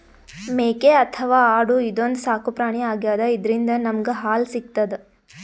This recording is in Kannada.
ಮೇಕೆ ಅಥವಾ ಆಡು ಇದೊಂದ್ ಸಾಕುಪ್ರಾಣಿ ಆಗ್ಯಾದ ಇದ್ರಿಂದ್ ನಮ್ಗ್ ಹಾಲ್ ಸಿಗ್ತದ್